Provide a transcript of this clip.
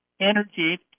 energy